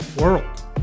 world